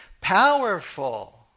powerful